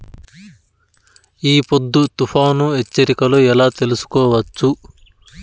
ఈ పొద్దు తుఫాను హెచ్చరికలు ఎలా తెలుసుకోవచ్చు?